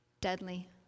deadly